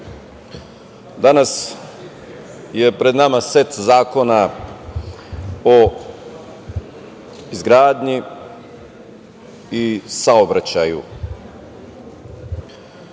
danas je pred nama set zakona o izgradnji i saobraćaju.U